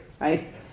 right